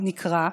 הוא נקרא.